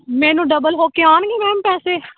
ਮੈਨੂੰ ਡਬਲ ਹੋ ਕੇ ਆਉਣਗੇ ਮੈਮ ਪੈਸੇ